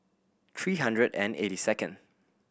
three hundred and eighty second